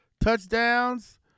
touchdowns